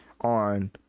on